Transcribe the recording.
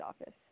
office